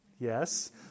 Yes